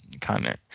Comment